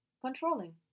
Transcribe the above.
controlling